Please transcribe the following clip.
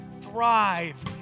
thrive